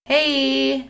Hey